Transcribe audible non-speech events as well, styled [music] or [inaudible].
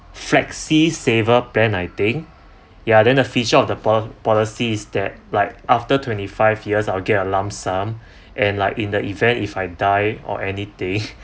flexi saver plan I think ya then a feature of the po~ policy is that like after twenty five years I'll get a lump sum [breath] and like in the event if I die or anything